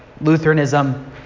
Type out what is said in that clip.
Lutheranism